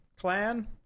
clan